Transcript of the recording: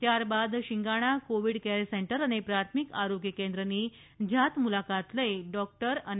ત્યારબાદ Shingana covid care centre અને પ્રાથમિક આરોગ્ય કેન્દ્રની જાત મુલાકાત લીધી હતી